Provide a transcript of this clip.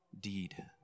deed